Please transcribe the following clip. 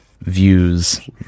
views